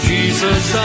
Jesus